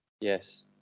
Yes